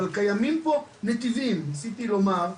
אבל קיימים פה נתיבים ואת זה ניסיתי לומר,